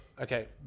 okay